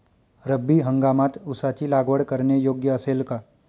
रब्बी हंगामात ऊसाची लागवड करणे योग्य असेल का?